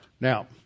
Now